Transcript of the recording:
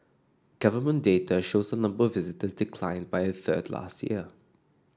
government data shows the number of visitor declined by a third last year